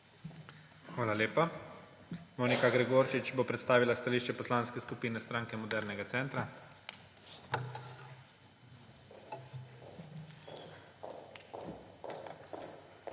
Hvala lepa. Monika Gregorčič bo predstavila stališče Poslanske skupine Stranke modernega centra. **MONIKA